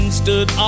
stood